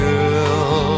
Girl